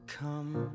come